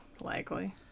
Likely